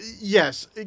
Yes